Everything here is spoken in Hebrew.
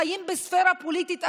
חיים בספרה פוליטית אחרת,